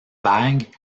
vagues